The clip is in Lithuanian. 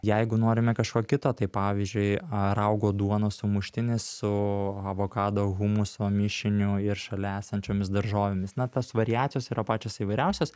jeigu norime kažko kito tai pavyzdžiui raugo duonos sumuštinis su avokado humuso mišiniu ir šalia esančiomis daržovėmis na tos variacijos yra pačios įvairiausios